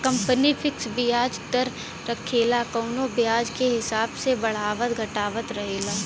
company fix बियाज दर रखेला कउनो बाजार के हिसाब से बढ़ावत घटावत रहेला